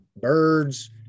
birds